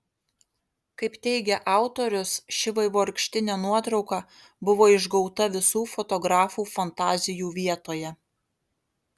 kaip teigia autorius ši vaivorykštinė nuotrauka buvo išgauta visų fotografų fantazijų vietoje